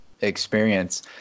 experience